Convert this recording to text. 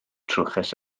trwchus